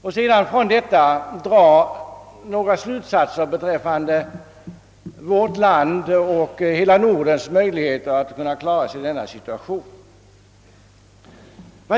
I anslutning därtill vill jag sedan dra några slutsatser beträffande vårt lands och hela Nordens möjligheter att klara sig i denna situation.